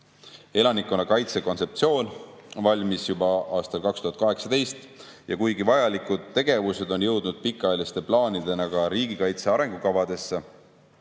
kontseptsioon valmis juba aastal 2018 ja kuigi vajalikud tegevused on jõudnud pikaajaliste plaanidena ka riigikaitse arengukavadesse,